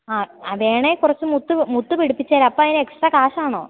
ആ വേണമെങ്കിൽ കുറച്ചു മുത്ത് മുത്ത് പിടിപ്പിച്ചത് അപ്പം അതിന് എക്സ്ട്രാ കാശ് വേണോ